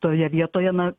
toje vietoje na